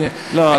לא,